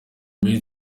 minsi